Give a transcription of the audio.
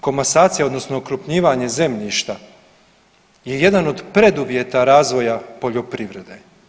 Komasacija odnosno okrupnjivanje zemljišta je jedan od preduvjeta razvoja poljoprivrede.